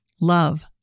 love